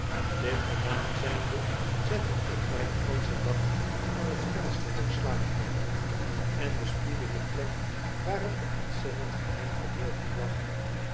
dit gedaan zynde zette ik mi den ganschen dag aan het venster der slaaplcamer en bespiedde de plek waar bet ontzettend geheim verborgen laff